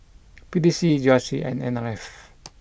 P T C G R C and N R F